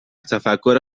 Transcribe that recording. تفکر